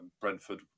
Brentford